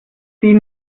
sieh